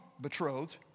betrothed